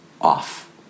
off